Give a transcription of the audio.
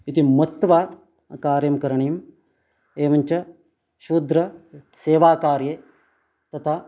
इति मत्वा कार्यं करणीयम् एवञ्च शूद्रसेवाकार्ये तथा